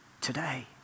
today